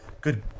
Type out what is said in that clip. Good